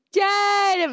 dead